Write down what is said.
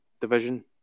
division